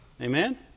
Amen